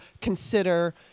consider